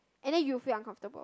and then you feel uncomfortable